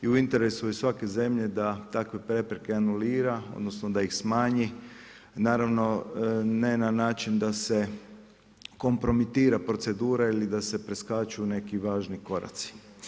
I u interesu je svake zemlje da takve prepreke anulira, odnosno da ih smanji naravno ne na način da se kompromitira procedura ili da se preskaču neki važni koraci.